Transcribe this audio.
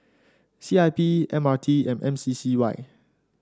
C I P M R T and M C C Y